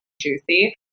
juicy